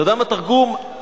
אתה יודע מה התרגום המילולי?